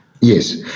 Yes